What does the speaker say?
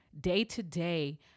day-to-day